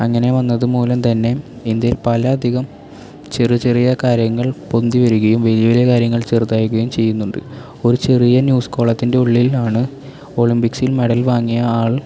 അങ്ങനെ വന്നത് മൂലം തന്നെ ഇന്ത്യയിൽ പലയധികം ചെറു ചെറിയ കാര്യങ്ങൾ പൊന്തി വരികയും വലിയ വലിയ കാര്യങ്ങൾ ചെറുതാകുകയും ചെയ്യുന്നുണ്ട് ഒരു ചെറിയ ന്യൂസ് കോളത്തിന്റെ ഉള്ളിൽ ആണ് ഒളിമ്പിക്സിൽ മെഡൽ വാങ്ങിയ ആൾ